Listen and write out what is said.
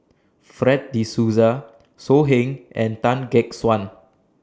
Fred De Souza So Heng and Tan Gek Suan